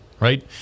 Right